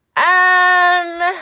i'm